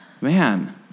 Man